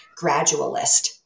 gradualist